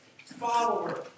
follower